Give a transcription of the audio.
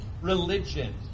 religion